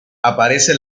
aparece